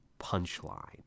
Punchline